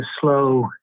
slow